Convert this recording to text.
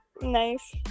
nice